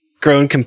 grown